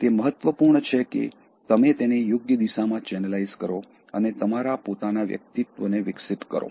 તે મહત્વપૂર્ણ છે કે તમે તેને યોગ્ય દિશામાં ચેનલાઇઝ કરો અને તમારા પોતાના વ્યક્તિત્વને વિકસિત કરો